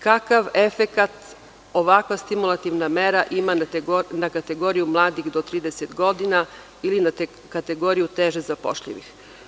Kakav efekat ovakva stimulativna mera ima na kategorija mladih do 30 godina ili na kategoriju teže zapošljivih?